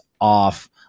off